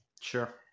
Sure